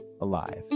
alive